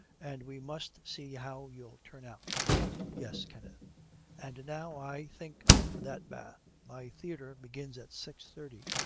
and we must see how you'll turn out yes, kenneth and now, i think, for that bath. my theatre begins at six-thirty.